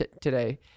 today